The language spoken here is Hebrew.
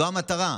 זאת המטרה.